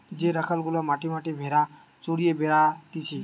যে রাখাল গুলা মাঠে মাঠে ভেড়া চড়িয়ে বেড়াতিছে